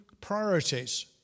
priorities